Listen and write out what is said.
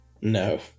No